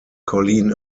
colleen